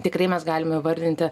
tikrai mes galim įvardinti